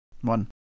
One